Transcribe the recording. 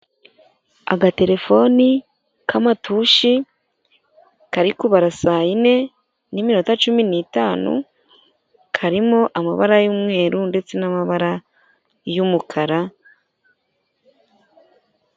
Agaterefoni k'amatushi kari kubabara saa yine n'iminota cumi n'itanu karimo amabara y'umweru ndetse n'amabara y'umukara.